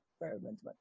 experiment